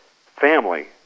family